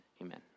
Amen